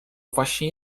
właśnie